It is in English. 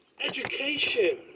education